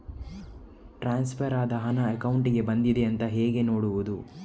Transfer ಆದ ಹಣ ಅಕೌಂಟಿಗೆ ಬಂದಿದೆ ಅಂತ ಹೇಗೆ ನೋಡುವುದು?